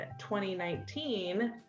2019